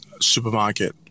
supermarket